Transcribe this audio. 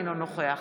אינו נוכח